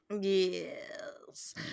Yes